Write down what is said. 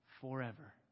forever